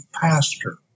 pastor